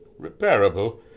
repairable